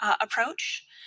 approach